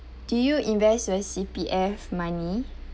do you invest your C_P_F money